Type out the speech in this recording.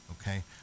okay